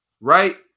right